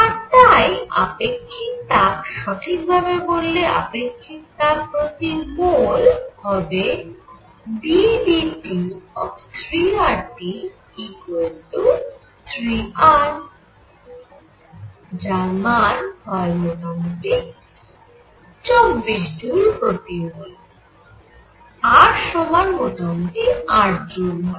আর তাই আপেক্ষিক তাপ সঠিক ভাবে বললে আপেক্ষিক তাপ প্রতি মোল হবে ddT3RT3R যার মান হয় মোটামুটি 24 জুল প্রতি মোল R সমান মোটামুটি 8 জুল হয়